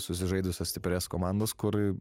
susižaidusias stiprias komandas kur